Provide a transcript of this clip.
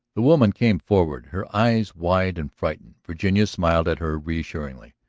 the woman came forward, her eyes wide and frightened. virginia smiled at her reassuringly.